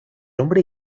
hombre